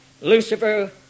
Lucifer